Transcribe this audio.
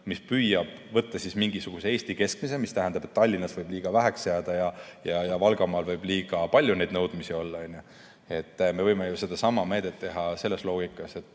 mis püüab võtta mingisuguse Eesti keskmise. See tähendab, et Tallinnas võib liiga väheks jääda ja Valgamaal võib liiga palju neid nõudmisi olla. Me võime aga sedasama meedet teha ju ka selle loogikaga, et